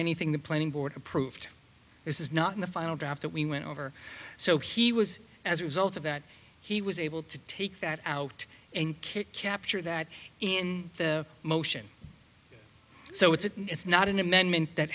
anything the planning board approved this is not in the final draft that we went over so he was as a result of that he was able to take that out and kick capture that in motion so it's not an amendment that